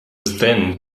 then